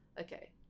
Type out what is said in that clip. okay